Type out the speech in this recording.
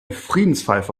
friedenspfeife